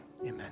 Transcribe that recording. amen